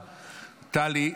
טלי,